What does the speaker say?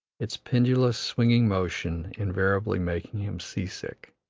its pendulous, swinging motion invariably making him sea-sick.